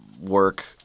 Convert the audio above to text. work